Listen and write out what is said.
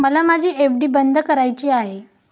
मला माझी एफ.डी बंद करायची आहे